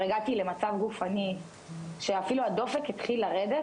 הגעתי למצב גופני שאפילו הדופק התחיל לרדת,